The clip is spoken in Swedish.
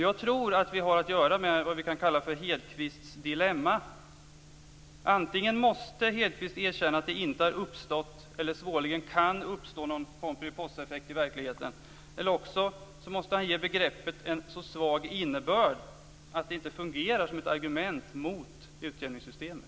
Jag tror att vi har att göra med vad vi kan kalla för Hedquists dilemma. Antingen måste Hedquist erkänna att det inte har uppstått, eller svårligen kan uppstå, någon Pomperipossaeffekt i verkligheten, eller också måste han ge begreppet en så svag innebörd att det inte fungerar som ett argument mot utjämningssystemet.